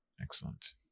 Excellent